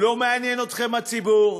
לא מעניין אתכם הציבור,